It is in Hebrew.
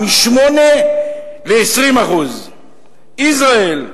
מ-8% ל-20%; יזרעאל,